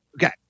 Okay